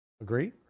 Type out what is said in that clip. Agree